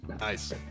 Nice